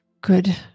good